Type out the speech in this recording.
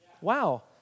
Wow